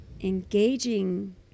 engaging